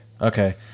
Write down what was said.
okay